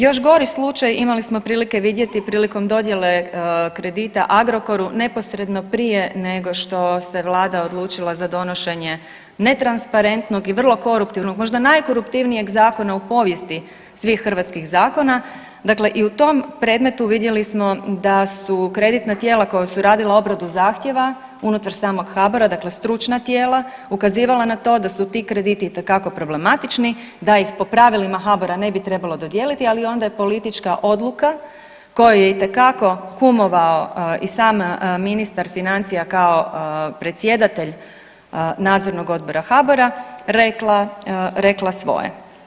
Još gori slučaj imali smo prilike vidjeti prilikom dodjele kredita Agrokoru neposredno prije nego što se vlada odlučila za donošenje netransparentnog i vrlo koruptivnog, možda najkoruptivnijeg zakona u povijesti svih hrvatskih zakona, dakle i u tom predmetu vidjeli smo da su kreditna tijela koja su radila obradu zahtjeva unutar samog HBOR-a, dakle stručna tijela, ukazivala na to da su ti krediti itekako problematični, da ih po pravilima HBOR-a ne bi trebalo dodijeliti, ali onda je politička odluka kojoj je itekako kumovao i sam ministar financija kao predsjedatelj nadzornog odbora HBOR-a rekla, rekla svoje.